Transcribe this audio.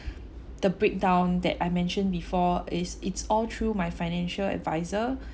the breakdown that I mentioned before is it's all through my financial advisor